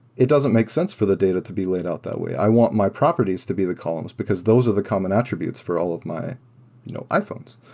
it doesn't make sense for the data to be laid out that way. i want my properties to be the columns, because those are the common attributes for all of my you know iphones.